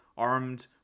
armed